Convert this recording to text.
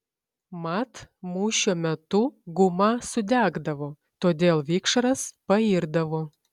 mat mūšio metu guma sudegdavo todėl vikšras pairdavo